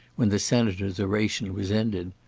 when the senator's oration was ended.